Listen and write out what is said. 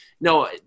No